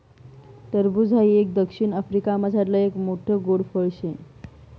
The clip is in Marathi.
टरबूज हाई एक दक्षिण आफ्रिकामझारलं एक मोठ्ठ गोड फळ शे